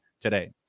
today